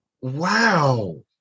Wow